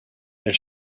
elle